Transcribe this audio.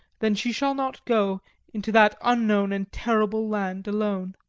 then she shall not go into that unknown and terrible land alone.